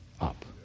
up